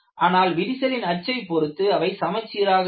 ஆனால் விரிசலின் அச்சை பொருத்து அவை சமச்சீராக இல்லை